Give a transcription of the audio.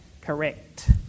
correct